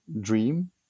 dream